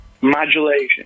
modulation